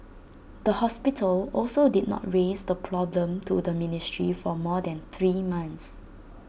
the hospital also did not raise the problem to the ministry for more than three months